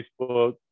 Facebook